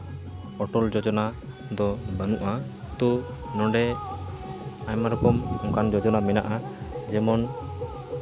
ᱚᱴᱚᱞ ᱡᱳᱡᱚᱱᱟ ᱫᱚ ᱵᱟᱹᱱᱩᱜᱼᱟ ᱛᱚ ᱱᱚᱰᱮ ᱟᱭᱢᱟ ᱨᱚᱠᱚᱢ ᱚᱱᱠᱟᱱ ᱡᱳᱡᱚᱱᱟ ᱢᱮᱱᱟᱜᱼᱟ ᱡᱮᱢᱚᱱ